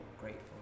Grateful